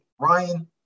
Ryan